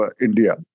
India